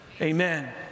Amen